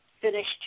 finished